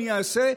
אני אעשה,